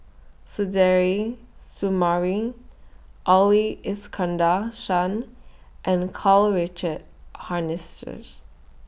Suzairhe Sumari Ali Iskandar Shah and Karl Richard Hanitsch